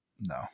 No